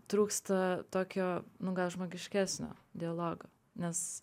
trūksta tokio nu gal žmogiškesnio dialogo nes